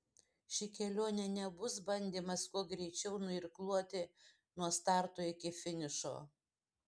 ši kelionė nebus bandymas kuo greičiau nuirkluoti nuo starto iki finišo